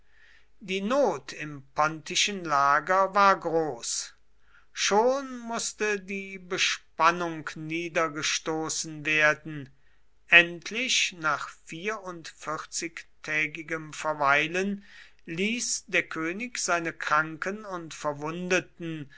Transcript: die not im pontischen lager war groß schon mußte die bespannung niedergestoßen werden endlich nach fünfundvierzigtägigem verweilen ließ der könig seine kranken und verwundeten